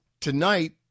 Tonight